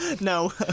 No